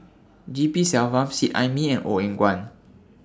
G P Selvam Seet Ai Mee and Ong Eng Guan